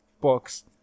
box